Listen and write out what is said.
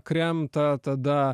kremta tada